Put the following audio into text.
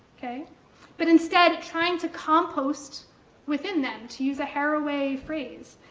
but instead, trying to compost within them, to use a haraway phrase.